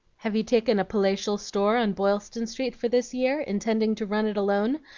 have you taken a palatial store on boylston street for this year, intending to run it alone?